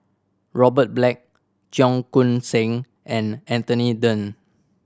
Robert Black Cheong Koon Seng and Anthony Then